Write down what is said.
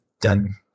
done